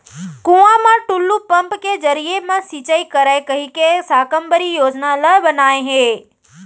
कुँआ म टूल्लू पंप के जरिए म सिंचई करय कहिके साकम्बरी योजना ल बनाए हे